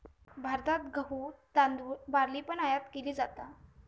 भारतात गहु, तांदुळ, बार्ली पण आयात केली जाता